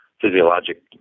physiologic